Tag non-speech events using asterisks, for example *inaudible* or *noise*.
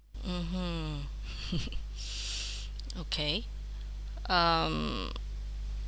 mmhmm *laughs* okay um